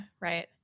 right